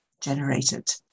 generated